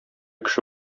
кеше